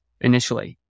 initially